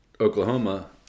Oklahoma